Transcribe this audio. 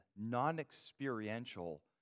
non-experiential